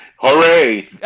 Hooray